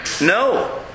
No